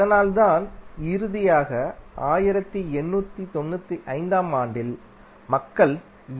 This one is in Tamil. அதனால்தான் இறுதியாக 1895 ஆம் ஆண்டில் மக்கள் ஏ